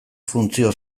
funtzio